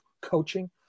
coaching